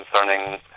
concerning